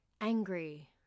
angry